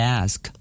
ask？